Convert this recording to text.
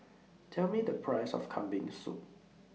Tell Me The Price of Kambing Soup